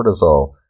cortisol